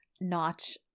notch